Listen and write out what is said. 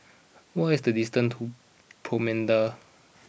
what is the distance to Promenade